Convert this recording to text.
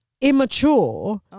immature